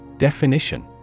Definition